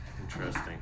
Interesting